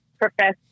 profess